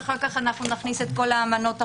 ואחר כך אנחנו נכניס את כל האמנות האחרות.